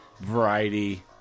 variety